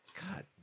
God